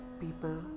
people